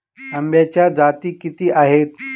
आंब्याच्या जाती किती आहेत?